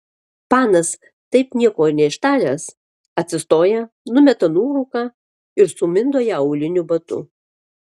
panas taip nieko ir neištaręs atsistoja numeta nuorūką ir sumindo ją auliniu batu